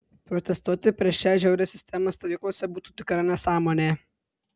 protestuoti prieš šią žiaurią sistemą stovyklose būtų tikra nesąmonė